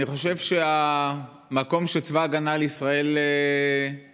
אני חושב שהמקום שצבא ההגנה לישראל תופס